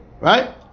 Right